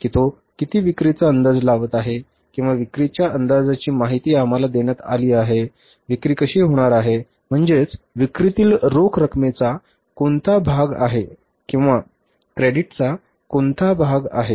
की तो किती विक्रीचा अंदाज लावत आहे किंवा विक्रीची अंदाजाची माहिती आम्हाला देण्यात आली आहे विक्री कशी होणार आहे म्हणजेच विक्रीतील रोख रकमेचा कोणता भाग आहे किंवा क्रेडिटचा कोणता भाग आहे